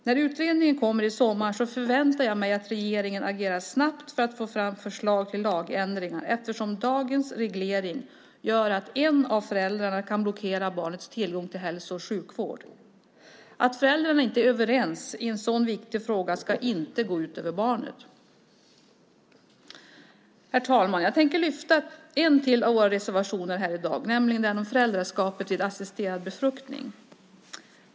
När utredningen kommer i sommar förväntar jag mig att regeringen agerar snabbt för att få fram förslag till lagändringar eftersom dagens reglering gör att en av föräldrarna kan blockera barnets tillgång till hälso och sjukvård. Att föräldrarna inte är överens i en så viktig fråga ska inte gå ut över barnet. Herr talman! Jag tänker lyfta fram ytterligare en av våra reservationer, nämligen den om föräldraskap vid assisterad befruktning.